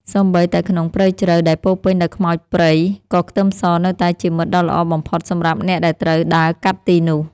សូម្បីតែក្នុងព្រៃជ្រៅដែលពោរពេញដោយខ្មោចព្រៃក៏ខ្ទឹមសនៅតែជាមិត្តដ៏ល្អបំផុតសម្រាប់អ្នកដែលត្រូវដើរកាត់ទីនោះ។